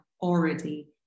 already